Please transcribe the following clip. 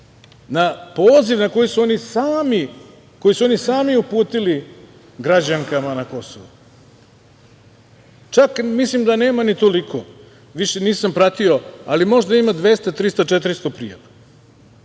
na poziv koji su oni sami uputili građankama na Kosovu. Čak mislim da nema ni toliko. Više nisam pratio, ali možda ima 200, 300, 400 prijava.